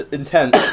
intense